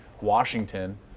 Washington